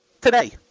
Today